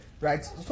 right